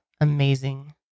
amazing